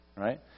Right